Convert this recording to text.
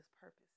purpose